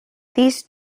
these